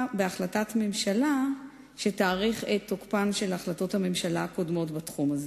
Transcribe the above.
בהחלטת ממשלה שתאריך את תוקפן של החלטות הממשלה הקודמות בתחום הזה.